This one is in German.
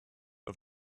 auf